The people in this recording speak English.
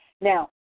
Now